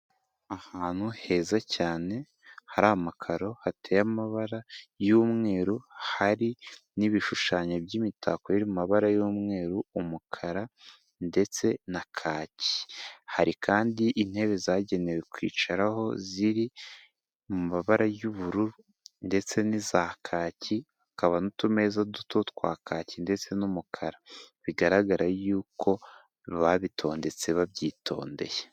Ahantu heza cyane hari amakaro hateye amabara y'umweru, hari n'ibishushanyo by'imitako iri mu mabara y'umweru, umukara ndetse na kaki. Hari kandi intebe zagenewe kwicaraho ziri mu mabara y'ubururu ndetse n'iza kaki hakaba n'utumeza duto twa kaki ndetse n'umukara. Bigaragara yuko babitondetse babyitondeye.